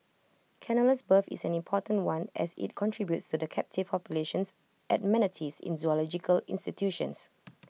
Canola's birth is an important one as IT contributes to the captive populations at manatees in zoological institutions